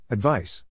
Advice